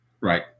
Right